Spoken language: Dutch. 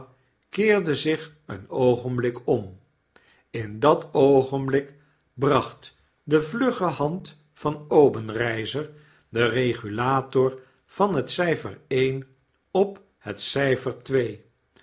keerde zich een oogenblik om in dat oogenblik bracht devlugge hand van obenreizer den regulator van net cyfer i op het